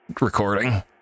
recording